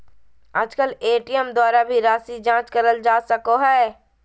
आजकल ए.टी.एम द्वारा भी राशी जाँच करल जा सको हय